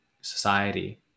society